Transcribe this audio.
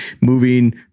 moving